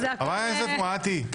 חברת הכנסת מואטי,